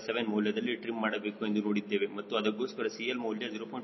657 ಮೌಲ್ಯದಲ್ಲಿ ಟ್ರಿಮ್ ಮಾಡಬೇಕು ಎಂದು ನೋಡಿದ್ದೇವೆ ಮತ್ತು ಅದಕ್ಕೋಸ್ಕರ CL ಮೌಲ್ಯ 0